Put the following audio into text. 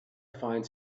find